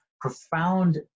profound